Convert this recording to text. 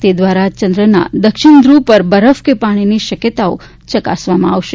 તે દ્વારા ચંદ્રના દક્ષિણ ધ્રુવ પર બરફ કે પાણીની શક્યતાઓ ચકાસવામાં આવશે